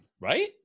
right